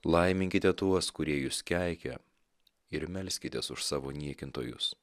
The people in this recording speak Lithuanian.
laiminkite tuos kurie jus keikia ir melskitės už savo niekintojus